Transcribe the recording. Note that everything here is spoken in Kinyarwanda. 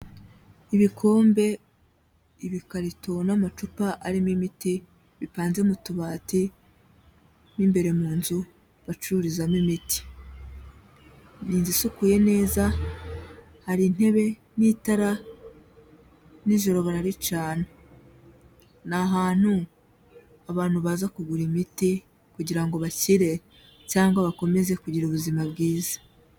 Ibikombe ibikarito n'amacupa arimo imiti bivanze mu tubati mu imbere mu nzu bacururizamo imiti, ni inzu isukuye neza hari intebe n'itara n'ijoro bararicana, n'ahantu abantu baza kugura imiti kugira bakire cyangwa bakomeze kugira ubuzima bwiza.